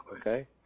Okay